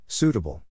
Suitable